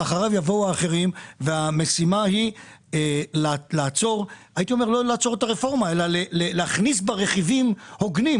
המשימה היא להכניס ברפורמה רכיבים הוגנים,